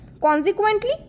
Consequently